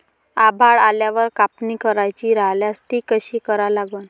आभाळ आल्यावर कापनी करायची राह्यल्यास ती कशी करा लागन?